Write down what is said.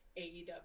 AEW